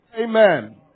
Amen